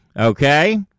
Okay